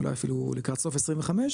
אולי אפילו לקראת סוף 2025,